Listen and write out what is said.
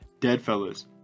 Deadfellas